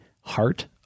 heart